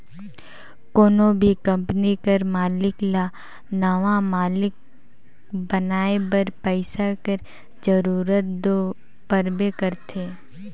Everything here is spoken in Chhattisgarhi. कोनो भी कंपनी कर मालिक ल नावा माल बनाए बर पइसा कर जरूरत दो परबे करथे